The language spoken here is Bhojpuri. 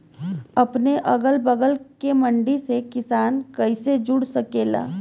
अपने अगला बगल के मंडी से किसान कइसे जुड़ सकेला?